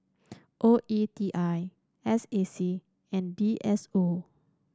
O E T I S A C and D S O